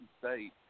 State